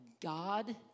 God